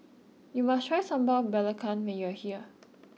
you must try Sambal Belacan when you are here